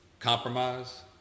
Compromise